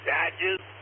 Badges